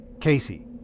Casey